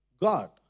God